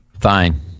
Fine